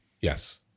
Yes